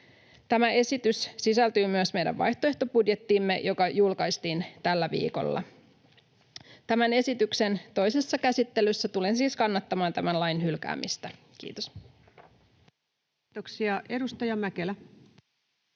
Tämä esitys sisältyy myös meidän vaihtoehtobudjettiimme, joka julkaistiin tällä viikolla. Tämän esityksen toisessa käsittelyssä tulen siis kannattamaan tämän lain hylkäämistä. — Kiitos. Kiitoksia. — Edustaja Mäkelä.